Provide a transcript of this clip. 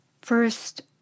First